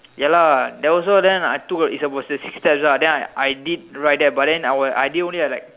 ya lah there was also then I took a it's about the six steps ah then I I did write that but then I were I didn't only had like